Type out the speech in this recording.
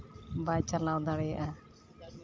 ᱵᱟᱭ ᱪᱟᱞᱟᱣ ᱫᱟᱲᱮᱭᱟᱜᱼᱟ